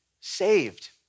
saved